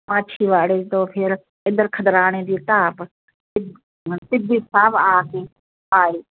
ਮਾਛੀਵਾੜੇ ਤੋਂ ਫਿਰ ਇੱਧਰ ਖਿਦਰਾਣੇ ਦੀ ਢਾਬ ਟਿੱਬ ਟਿੱਬੀ ਸਾਹਿਬ ਆ ਕੇ ਆਏ